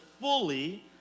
fully